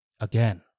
again